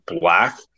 black